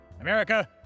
America